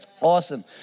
Awesome